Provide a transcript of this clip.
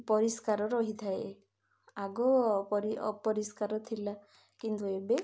ପରିଷ୍କାର ରହିଥାଏ ଆଗପରି ଅପରିଷ୍କାର ଥିଲା କିନ୍ତୁ ଏବେ